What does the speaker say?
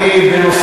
אני אבוא ללמוד.